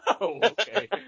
okay